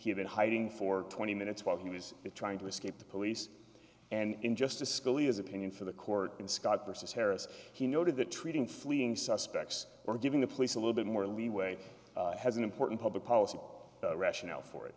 been hiding for twenty minutes while he was trying to escape the police and in justice scalia's opinion for the court in scott versus harris he noted that treating fleeing suspects or giving the police a little bit more leeway has an important public policy rationale for it